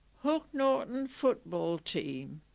hook norton football team,